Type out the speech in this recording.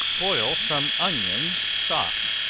boil some onions soft,